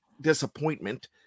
disappointment